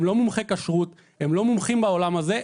הם לא מומחי כשרות, הם לא מומחים בעולם הזה.